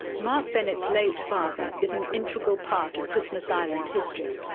mark bennett's late father is an integral part of christmas island history.